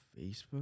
Facebook